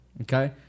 Okay